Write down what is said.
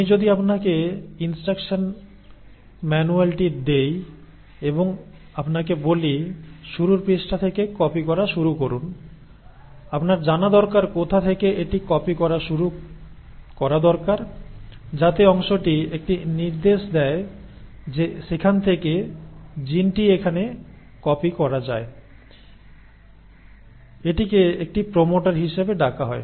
আমি যদি আপনাকে ইনস্ট্রাকশন ম্যানুয়ালটি দেই এবং আপনাকে বলি শুরুর পৃষ্ঠা থেকে কপি করা শুরু করুন আপনার জানা দরকার কোথা থেকে এটি কপি করা শুরু করা দরকার যাতে অংশটি একটি নির্দেশ দেয় যে সেখান থেকে জিনটি এখানে কপি করা যায় এটিকে একটি প্রোমোটার হিসাবে ডাকা হয়